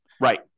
Right